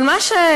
אבל מה שקרה